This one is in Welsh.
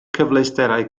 cyfleusterau